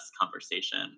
conversation